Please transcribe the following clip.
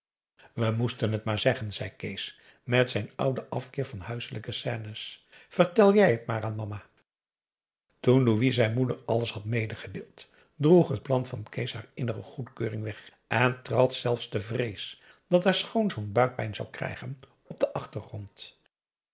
we moesten het maar zeggen zei kees met zijn ouden afkeer van huiselijke scènes vertel jij het maar aan mama toen louis zijn moeder alles had medegedeeld droeg het plan van kees haar innige goedkeuring weg en trad zelfs de vrees dat haar schoonzoon buikpijn zou krijgen op den achtergrond